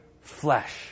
flesh